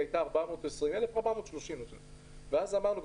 היא הייתה 420,000. ואז אמרנו,